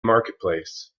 marketplace